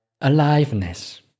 aliveness